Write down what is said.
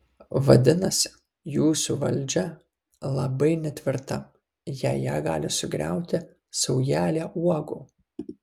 vadinasi jūsų valdžia labai netvirta jei ją gali sugriauti saujelė uogų